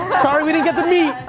sorry we didn't get to meet.